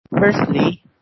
Firstly